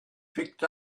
picked